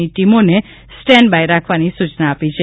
ની ટીમોને stand by રાખવાની સૂચના આપી છે